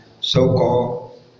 so-called